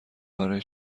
برایش